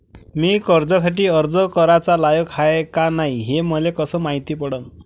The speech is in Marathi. मी कर्जासाठी अर्ज कराचा लायक हाय का नाय हे मले कसं मायती पडन?